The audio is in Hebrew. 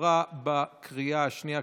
עברה בקריאה השנייה.